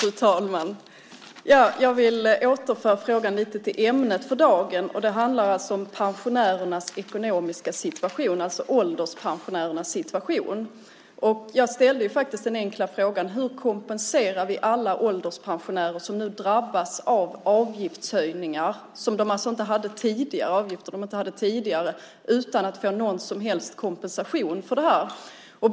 Fru talman! Jag vill återföra frågan lite till ämnet för dagen. Det handlar alltså om ålderspensionärernas ekonomiska situation. Jag ställde den enkla frågan: Hur kompenserar vi alla ålderspensionärer som nu drabbas av avgiftshöjningar, avgifter som de inte hade tidigare, utan att få någon som helst kompensation för det?